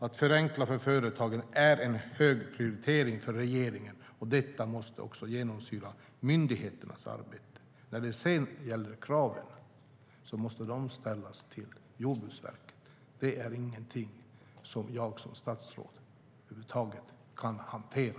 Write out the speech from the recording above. Att förenkla för företagen är av hög prioritet för regeringen, och detta måste också genomsyra myndigheternas arbete. När det sedan gäller kraven måste de ställas till Jordbruksverket. Det är ingenting som jag som statsråd över huvud taget kan hantera.